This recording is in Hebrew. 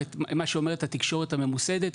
את מה שאומרת התקשורת הממוסדת,